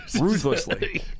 Ruthlessly